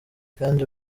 kandi